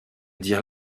dire